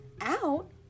out